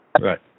right